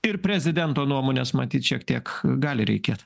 ir prezidento nuomonės matyt šiek tiek gali reikėt